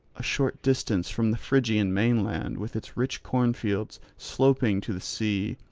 a short distance from the phrygian mainland with its rich cornfields, sloping to the sea,